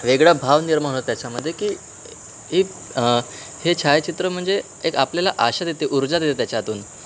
वेगळं भाव निर्माण हो त्याच्यामध्ये की ही हे छायाचित्र म्हणजे एक आपल्याला आशा देते ऊर्जा देते त्याच्यातून